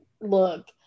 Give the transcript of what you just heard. Look